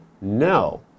no